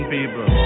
People